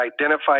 identify